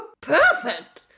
perfect